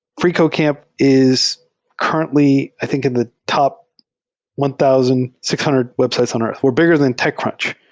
freecodecamp is currently i think in the top one thousand six hundred websites on earth. we're bigger than techcrunch.